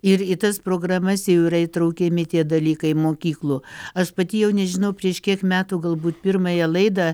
ir į tas programas jau yra įtraukiami tie dalykai mokyklų aš pati jau nežinau prieš kiek metų galbūt pirmąją laidą